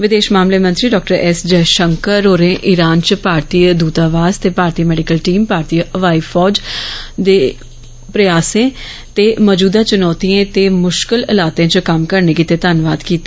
विदेश मामलें दे मंत्री डॉ एस जयशंकर होरें ईरान च भारतीय दूतावास ते भारतीय मैडिकल टीम भारतीय हवाई फौज गी उन्दे प्रयासें तांई ते मजूदा चुनौतिएं ते मुश्कल हालातें च कम्म करने गित्तै धन्नवाद कीता